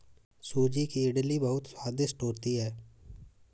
सूजी की इडली बहुत स्वादिष्ट होती है